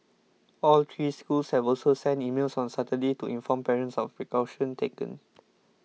all three schools have also sent emails on Saturday to inform parents of precautions taken